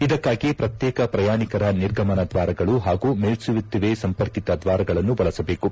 ಇದಕ್ಕಾಗಿ ಪ್ರತ್ಯೇಕ ಪ್ರಯಾಣಿಕರ ನಿರ್ಗಮನ ದ್ವಾರಗಳು ಹಾಗೂ ಮೇಲ್ಲೇತುವೆ ಸಂಪರ್ಕಿತ ದ್ವಾರಗಳನ್ನು ಬಳಸಬೇಕು